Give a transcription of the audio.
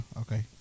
okay